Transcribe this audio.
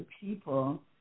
people